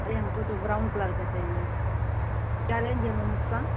अरे हमको तो ब्राउन कलर का चाहिए क्या रेंज है मैम उसका